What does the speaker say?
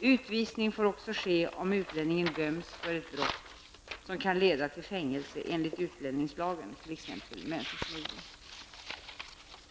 Utvisning får också ske om utlänningen döms för ett brott som kan leda till fängelse enligt utlänningslagen, t.ex.